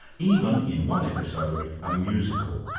even, in one episode, a musical.